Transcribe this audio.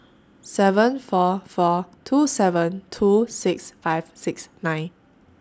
seven four four two seven two six five six nine